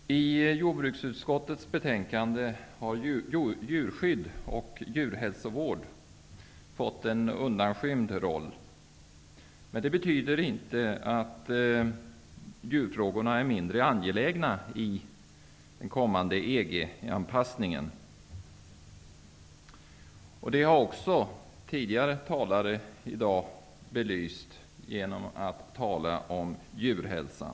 Herr talman! I jordbruksutskottets betänkande har djurskydd och djurhälsovård fått en undanskymd roll. Det betyder inte att djurfrågorna är mindre angelägna i den kommande EG-anpassningen. Det här har även tidigare talare belyst i dag genom att tala om djurs hälsa.